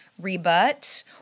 rebut